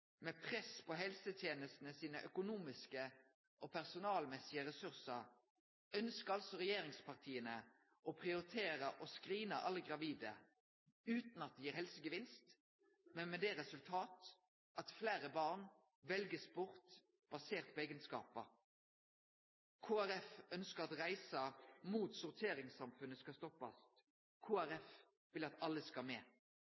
med press på helsetenestenes økonomiske og personalmessige ressursar ønskjer altså regjeringspartia å prioritere å screene alle gravide, utan at det gir helsegevinst, men med det resultat at fleire barn blir valt bort basert på eigenskapar. Kristeleg Folkeparti ønskjer at reisa mot sorteringssamfunnet skal stoppast. Kristeleg Folkeparti vil at alle skal med.